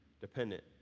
Dependent